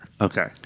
Okay